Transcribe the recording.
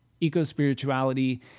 eco-spirituality